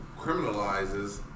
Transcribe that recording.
criminalizes